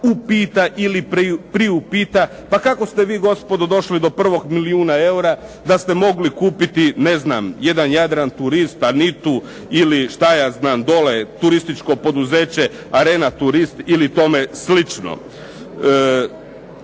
upita ili priupita pa kako ste vi gospodo došli do prvog milijuna eura da ste mogli kupiti jedan "Jadran turist" … /Govornik se ne razumije./… ili dole turističko poduzeće "Arena turist" ili tome slično.